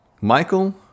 Michael